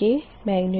Vi